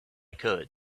could